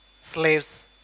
slaves